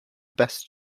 best